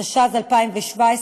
התשע"ז 2017,